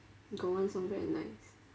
got one song very nice